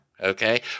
Okay